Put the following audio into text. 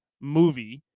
movie